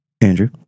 Andrew